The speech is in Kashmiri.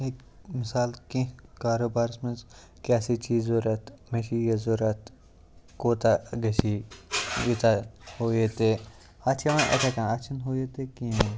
ییٚتہِ مِثال کیٚنٛہہ کاروبارَس منٛز کیٛاہ سا چھی ضوٚرَتھ مےٚ چھُ یہِ ضوٚرَتھ کوتاہ گَژھی یوٗتاہ ہُہ یہِ تہِ اَتھ چھِ یِوان یِتھَے کٔنۍ اَتھ چھِنہٕ ہُہ یہِ تہِ کِہیٖنۍ